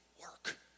work